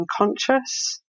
unconscious